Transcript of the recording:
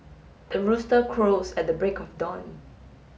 the rooster crows at the break of dawn